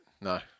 no